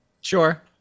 Sure